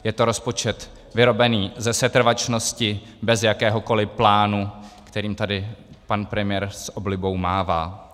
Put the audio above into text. Je to rozpočet vyrobený ze setrvačnosti, bez jakéhokoliv plánu, kterým tady pan premiér s oblibou mává.